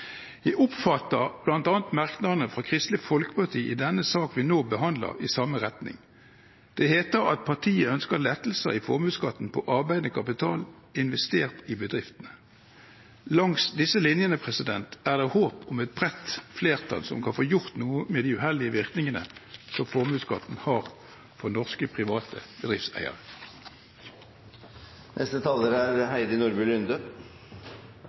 Jeg oppfatter bl.a. merknadene fra Kristelig Folkeparti i denne sak vi nå behandler, i samme retning. Det heter at partiet «ønsker lettelser i formuesskatten på arbeidende kapital investert i bedriftene». Langs disse linjene er det håp om et bredt flertall, som kan få gjort noe med de uheldige virkningene som formuesskatten har for norske private